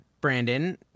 brandon